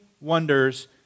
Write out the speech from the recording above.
wonders